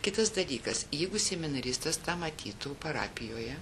kitas dalykas jeigu seminaristas tą matytų parapijoje